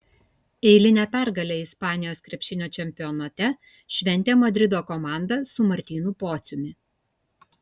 eilinę pergalę ispanijos krepšinio čempionate šventė madrido komanda su martynu pociumi